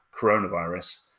coronavirus